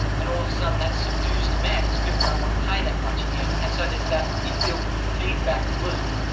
and all of a sudden, that subdues demand because people don't want to pay that much again and so there's that in-built feedback loop.